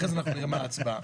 אחרי זה אנחנו נראה מה ההצבעה.